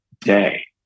day